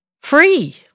free